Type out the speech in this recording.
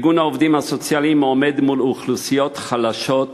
ארגון העובדים הסוציאליים עומד מול אוכלוסיות חלשות,